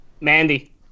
Mandy